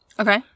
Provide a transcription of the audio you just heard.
Okay